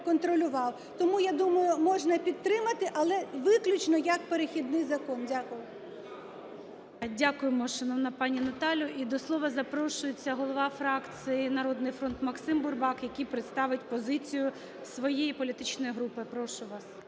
Тому, я думаю, можна підтримати, але виключно як перехідний закон. Дякую. ГОЛОВУЮЧИЙ. Дякуємо, шановна пані Наталю. І до слова запрошується голова фракції "Народний фронт" Максим Бурбак, який представить позицію своєї політичної групи. Прошу вас.